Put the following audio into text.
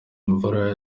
imvura